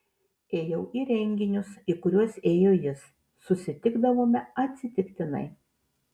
ėjau į renginius į kuriuos ėjo jis susitikdavome atsitiktinai